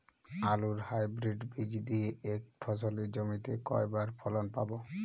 আলুর হাইব্রিড বীজ দিয়ে এক ফসলী জমিতে কয়বার ফলন পাব?